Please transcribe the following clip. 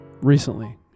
recently